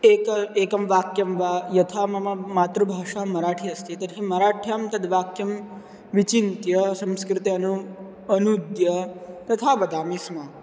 एकम् एकं वाक्यं वा यथा मम मातृभाषा मराठि अस्ति तर्हि मराठ्यां तद्वाक्यं विचिन्त्य संस्कृते अनूद्य अनूद्य तथा वदामि स्म